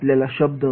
आपल्याला शब्द